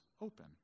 open